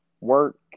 work